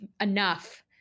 enough